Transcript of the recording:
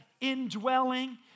indwelling